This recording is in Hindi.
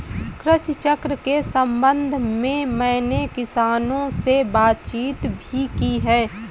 कृषि चक्र के संबंध में मैंने किसानों से बातचीत भी की है